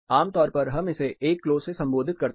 आम तौर पर हम इसे 1 क्लो से संबोधित करते हैं